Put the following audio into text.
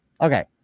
Okay